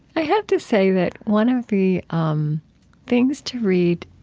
i have to say that one of the um things to read,